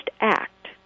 act